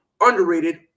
underrated